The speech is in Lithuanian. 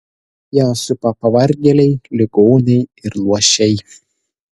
ją supa pavargėliai ligoniai ir luošiai